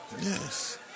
Yes